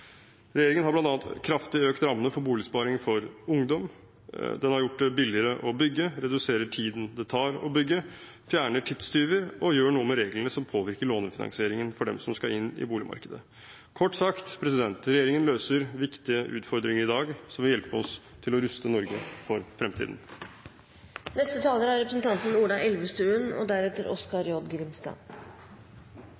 Regjeringen har bl.a. økt rammene for Boligsparing for ungdom kraftig, den har gjort det billigere å bygge, reduserer tiden det tar å bygge, fjerner tidstyver og gjør noe med reglene som påvirker lånefinansieringen for dem som skal inn i boligmarkedet. Kort sagt – regjeringen løser viktige utfordringer i dag som vil hjelpe oss til å ruste Norge for